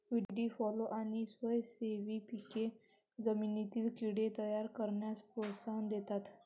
व्हीडी fallow आणि स्वयंसेवी पिके जमिनीतील कीड़े तयार करण्यास प्रोत्साहन देतात